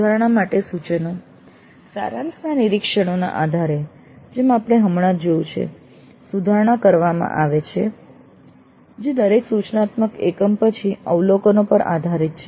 સુધારણા માટેના સૂચનો સારાંશ નિરીક્ષણોના આધારે જેમ આપણે હમણાં જ જોયું છે સુધારણા કરવામાં આવે છે જે દરેક સૂચનાત્મક એકમ પછી અવલોકનો પર આધારિત છે